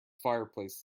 fireplace